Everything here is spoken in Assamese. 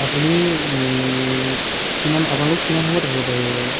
আপুনি কিমান আপোনালোক কিমান সময়ত আহিব পাৰিব বাৰু